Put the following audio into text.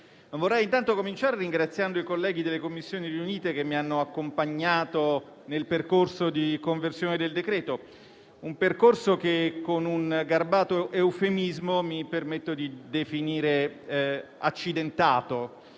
Vorrei intanto cominciare ringraziando i colleghi delle Commissioni riunite che mi hanno accompagnato nel percorso di conversione del decreto-legge; un percorso che, con un garbato eufemismo, mi permetto di definire accidentato.